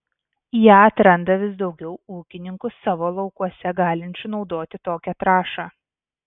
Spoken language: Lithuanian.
ją atranda vis daugiau ūkininkų savo laukuose galinčių naudoti tokią trąšą